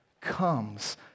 comes